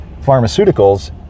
pharmaceuticals